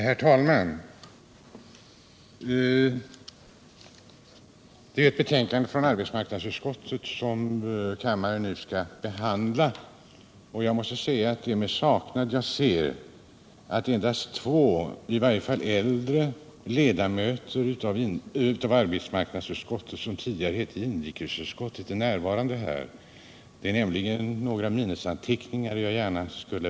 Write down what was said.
Herr talman! Det är med besvikelse jag ser att endast två av i varje fall de äldre ledamöterna av arbetsmarknadsutskottet, f. d. inrikesutskottet, är närvarande i kammaren när vi nu behandlar ett betänkande från detta utskott.